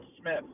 Smith